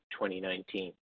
2019